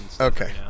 Okay